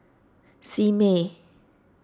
Simei